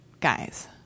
guys